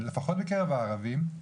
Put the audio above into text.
לפחות בקרב הערבים,